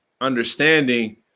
understanding